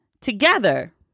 together